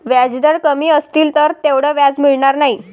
व्याजदर कमी असतील तर तेवढं व्याज मिळणार नाही